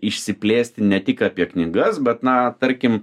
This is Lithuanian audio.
išsiplėsti ne tik apie knygas bet na tarkim